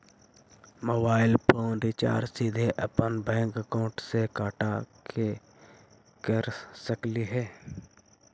Mobile phone recharge सीधे अपन bank account से कटा के कर सकली ही?